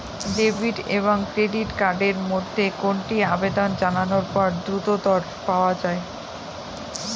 Debit এবং credit card এর মধ্যে কোনটি আবেদন জানানোর পর দ্রুততর পাওয়া য়ায়?